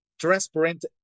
transparent